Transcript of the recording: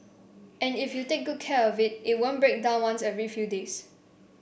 and if you take good care of it it won't break down once every few days